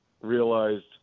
realized